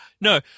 No